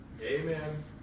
Amen